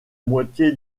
moitié